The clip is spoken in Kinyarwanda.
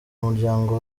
umuryango